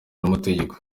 n’amategeko